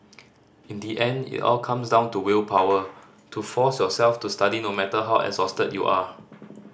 in the end it all comes down to willpower to force yourself to study no matter how exhausted you are